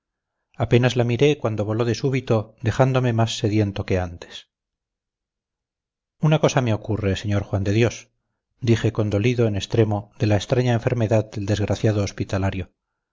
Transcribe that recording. apenas la miré cuando voló de súbito dejándome más sediento que antes una cosa me ocurre sr juan de dios dije condolido en extremo de la extraña enfermedad del desgraciado hospitalario